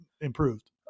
improved